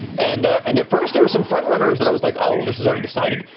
and and at first there were some front runners that i was like, oh, well, this is already decided,